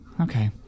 Okay